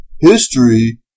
History